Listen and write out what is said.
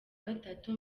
gatatu